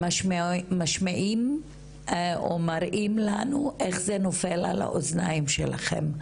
משמיעים או מראים לנו איך זה נופל על האוזניים שלכם,